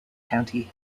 county